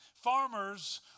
Farmers